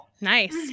Nice